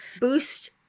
boost